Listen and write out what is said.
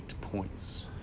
points